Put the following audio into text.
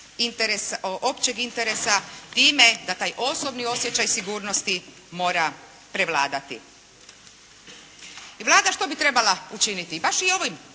općeg interesa time da taj osobni osjećaj sigurnosti mora prevladati. Vlada što bi trebala učiniti baš i ovim